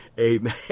Amen